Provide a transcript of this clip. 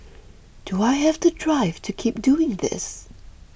do I have the drive to keep doing this